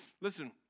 listen